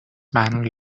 man